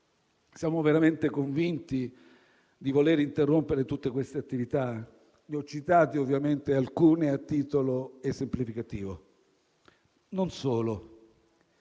Siamo veramente convinti di voler interrompere tutte queste attività? Ne ho citate alcune a titolo esemplificativo. Non solo,